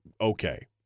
okay